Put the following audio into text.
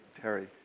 Terry